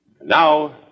Now